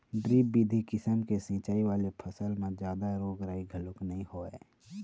drip बिधि किसम के सिंचई वाले फसल म जादा रोग राई घलोक नइ होवय